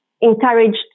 encouraged